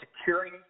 securing